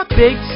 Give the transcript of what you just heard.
big